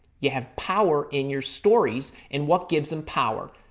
you have power in your stories. and what gives them power?